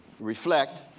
reflect,